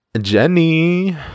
Jenny